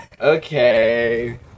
okay